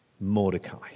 Mordecai